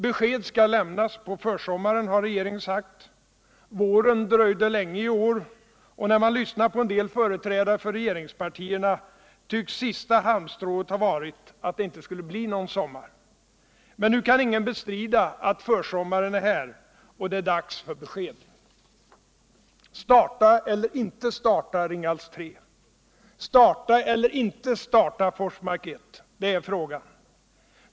Besked skall lämnas på försommaren, har regeringen sagt. Våren dröjde länge i år, och när man lyssnar på en del företrädare för regeringspartierna tycks sista halmstrået ha varit att det inte skulle bli någon sommar. Men nu kan ingen bestrida att försommaren är här, och det är dags för besked. Starta eller inte starta Ringhals 3? Starta eller inte starta Forsmark 1?—- Det är frågan.